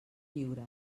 lliure